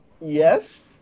Yes